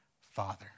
Father